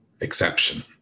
exception